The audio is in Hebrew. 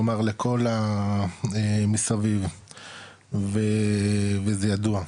כלומר לכל המסביב וזה ידוע.